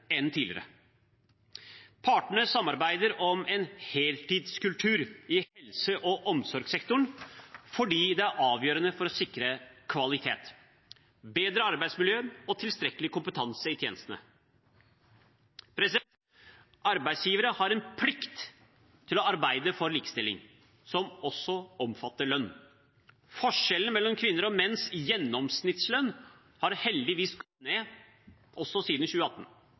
enn tidligere. Partene samarbeider om en heltidskultur i helse- og omsorgssektoren fordi det er avgjørende for å sikre kvalitet, få bedre arbeidsmiljø og tilstrekkelig kompetanse i tjenestene. Arbeidsgivere har en plikt til å arbeide for likestilling, som også omfatter lønn. Forskjellen mellom kvinner og menns gjennomsnittslønn har heldigvis gått ned også siden 2018.